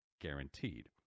guaranteed